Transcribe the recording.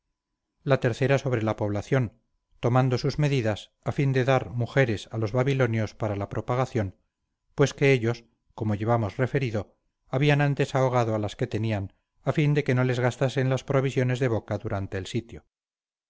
la tercera sobre la población tomando sus medidas a fin de dar mujeres a los babilonios para la propagación pues que ellos como llevamos referido habían antes ahogado a las que tenían a fin de que no les gastasen las provisiones de boca durante el sitio